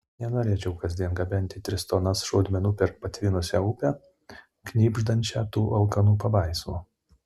nenorėčiau kasdien gabenti tris tonas šaudmenų per patvinusią upę knibždančią tų alkanų pabaisų